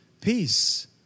peace